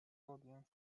audience